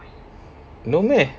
no meh